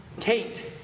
Kate